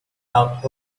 out